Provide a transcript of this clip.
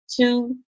two